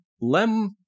lem